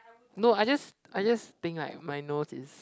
no I just I just think like my nose is